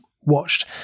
watched